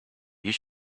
you